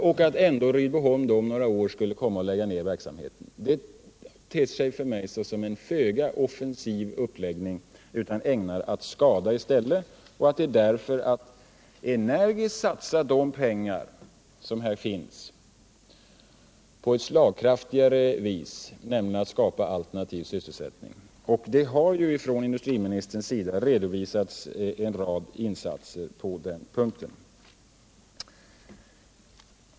Och ändå skulle Rydboholm om några år vara tvunget att lägga ned verksamheten. För mig ter sig detta som en föga offensiv uppläggning. I stället skulle det ha varit ägnat att skada. Det är därför bättre att satsa de pengar som finns på ett slagkraftigare alternativ, nämligen på skapandet av alternativ sysselsättning. Här har ju också industriministern redovisat en rad insatser.